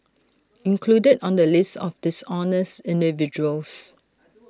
included on the list of dishonest individuals